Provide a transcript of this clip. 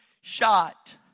shot